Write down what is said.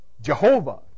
Jehovah